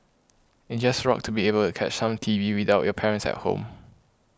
it just rocked to be able to catch some T V without your parents at home